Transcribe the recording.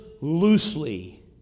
loosely